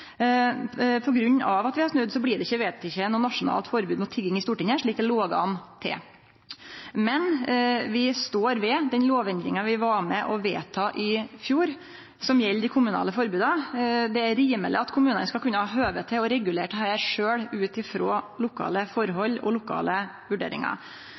at vi har snudd, blir det i Stortinget ikkje vedteke noko nasjonalt forbod mot tigging, slik det låg an til. Men vi står ved den lovendringa vi var med på å vedta i fjor, som gjeld dei kommunale forboda. Det er rimeleg at kommunane skal kunne ha høve til å regulere dette sjølve ut frå lokale